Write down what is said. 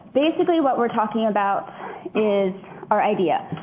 basically what we're talking about is our idea.